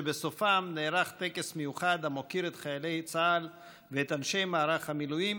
ובסופם נערך טקס מיוחד המוקיר את חיילי צה"ל ואת אנשי מערך המילואים,